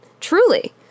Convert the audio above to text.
truly